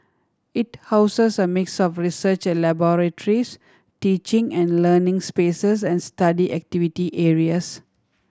it houses a mix of research laboratories teaching and learning spaces and study activity areas